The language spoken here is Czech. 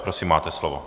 Prosím, máte slovo.